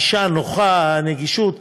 הגישה נוחה, הנגישות,